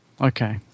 Okay